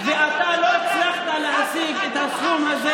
אתה דאגת לעצמך.